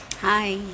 hi